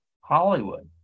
Hollywood